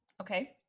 okay